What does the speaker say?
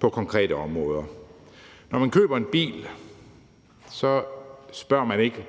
på konkrete områder. Når man køber en bil, spørger man ikke,